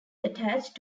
attached